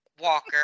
walker